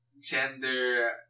gender